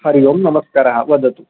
हरिः ओं नमस्कारः वदतु